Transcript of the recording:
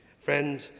friends,